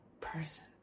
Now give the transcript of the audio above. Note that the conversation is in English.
person